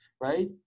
right